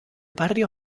barrio